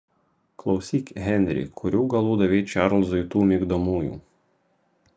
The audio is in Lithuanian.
klausyk henri kurių galų davei čarlzui tų migdomųjų